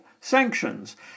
sanctions